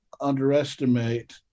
underestimate